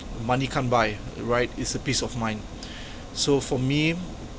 money can't buy right it's a peace of mind so for me